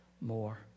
more